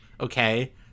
Okay